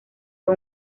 fue